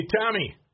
Tommy